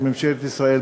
את ממשלת ישראל,